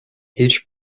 each